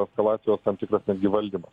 eskalacijos tam tikras netgi valdymas